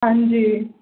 हां जी